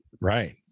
Right